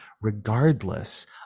regardless